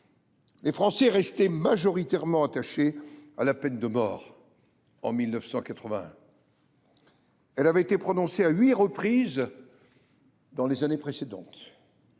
Les Français restaient majoritairement attachés à la peine de mort en 1981. Elle avait été prononcée à huit reprises dans les années précédentes.